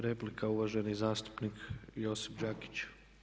Replika uvaženi zastupnik Josip Đakić.